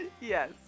yes